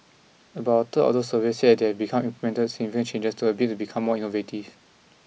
about a third of those surveyed said that they had become implemented significant changes to a bid to become more innovative